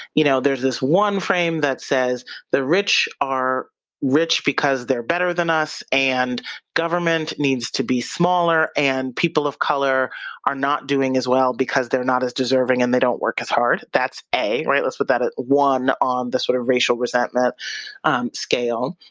you know there's this one frame that says the rich are rich because they're better than us and government needs to be smaller and people of color are not doing as well because they're not as deserving and they don't work as hard. that's a, right, let's put that at one on the sort of racial resentment um scale.